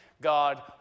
God